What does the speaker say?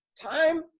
Time